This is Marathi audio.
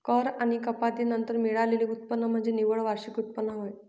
कर आणि कपाती नंतर मिळालेले उत्पन्न म्हणजे निव्वळ वार्षिक उत्पन्न होय